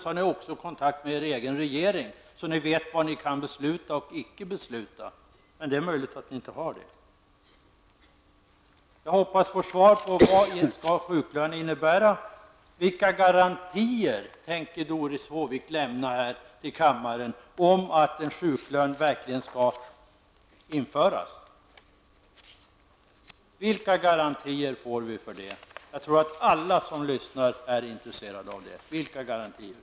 Men frågan är om ni har kontakt med er egen regering så att ni vet vad ni kan resp. inte kan fatta beslut om. Jag hoppas alltså få svar på frågan vad sjuklönen innebär. Vidare vill jag veta vilka garantier Doris Håvik kan lämna till kammaren för att en sjuklön verkligen skall införas. Jag tror att alla som lyssnar är intresserade av att få veta det.